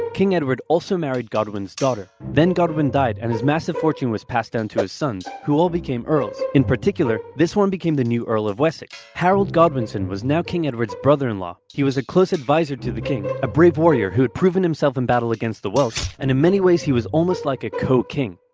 king edward also married godwin's daughter. then godwin died, and his massive fortune was passed down to his sons, who all became earls. in particular, this one became the new earl of wessex. harold godwinson was now king edward's brother-in-law. he was a close advisor to the king, a brave warrior who had proven himself in battle against the welsh, and in many ways he was almost like a co-king.